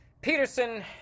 Peterson